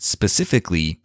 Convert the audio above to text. Specifically